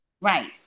right